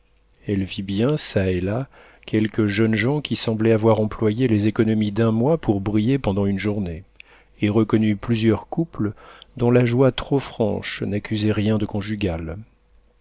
elle vit bien çà et là quelques jeunes gens qui semblaient avoir employé les économies d'un mois pour briller pendant une journée et reconnut plusieurs couples dont la joie trop franche n'accusait rien de conjugal